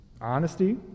Honesty